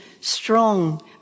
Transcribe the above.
strong